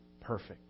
perfect